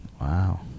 Wow